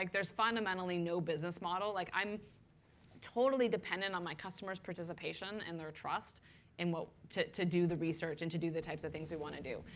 like there's fundamentally no business model like i'm totally dependent on my customers' participation and their trust and to to do the research and to do the types of things we want to do.